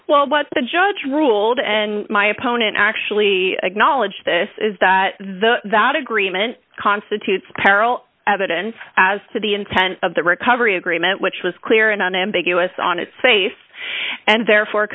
well but the judge ruled and my opponent actually acknowledged this is that the that agreement constitutes peril evidence as to the intent of the recovery agreement which was clear and unambiguous on its face and therefore